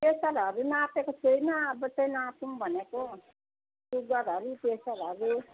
प्रेसरहरू नापेको छुइनँ अब चाहिँ नापौ भनेको सुगरहरू प्रेसरहरू